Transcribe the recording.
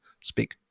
speak